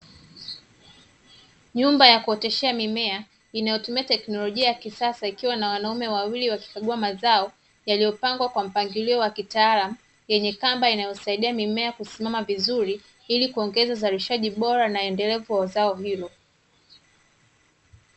Nyumba ya kuoteshea mimea inayotumia teknolojia ya kisasa, ikiwa na wanaume wawili wakikagua mazao yaliyopangwa kwa mpangilio wa kitaalamu, yenye kamba inayosaidia mimea kusimama vizuri ili kuongeza uzalishaji bora na endelevu wa zao hilo.